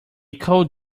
cold